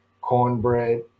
Cornbread